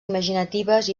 imaginatives